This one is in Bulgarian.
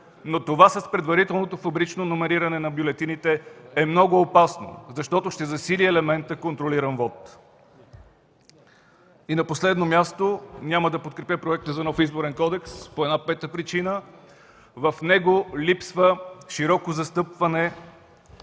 но това с предварителното фабрично номериране на бюлетините е много опасно, защото ще засили елемента контролиран вот. И на последно място, няма да подкрепя проекта за нов Изборен кодекс по една пета причина: в него липсва широко застъпване